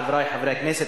חברי חברי הכנסת,